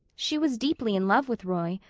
she was deeply in love with roy.